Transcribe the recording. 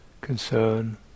concern